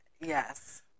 Yes